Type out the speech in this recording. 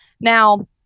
now